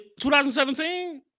2017